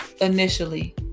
initially